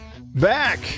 Back